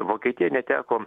vokietija neteko